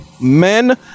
Men